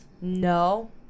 No